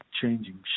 changing